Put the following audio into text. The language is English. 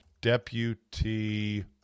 Deputy